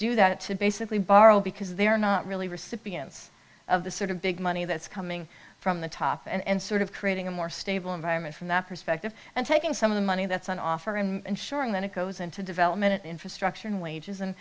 do that to basically borrow because they're not really recipients of the sort of big money that's coming from the top and sort of creating a more stable environment from that perspective and taking some of the money that's on offer and ensuring that it goes into development infrastructure in wages and